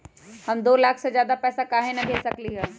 हम दो लाख से ज्यादा पैसा काहे न भेज सकली ह?